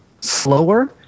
slower